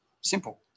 simple